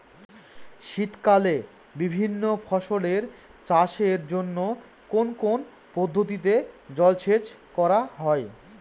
শীতকালে বিভিন্ন ফসলের চাষের জন্য কোন কোন পদ্ধতিতে জলসেচ করা হয়?